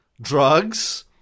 drugs